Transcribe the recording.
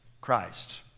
Christ